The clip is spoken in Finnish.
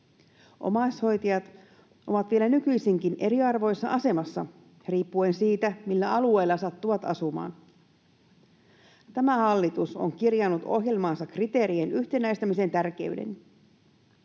Omaishoitajat ovat vielä nykyisinkin eriarvoisessa asemassa riippuen siitä, millä alueella sattuvat asumaan. Tämä hallitus on kirjannut ohjelmaansa kriteerien yhtenäistämisen tärkeyden.